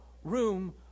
Room